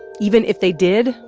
even if they did,